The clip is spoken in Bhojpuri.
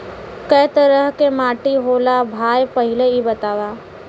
कै तरह के माटी होला भाय पहिले इ बतावा?